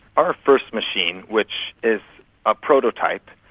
our first machine, which is a prototype,